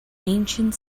ancient